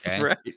right